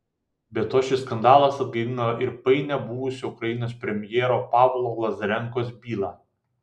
be to šis skandalas atgaivino ir painią buvusio ukrainos premjero pavlo lazarenkos bylą